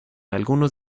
algunos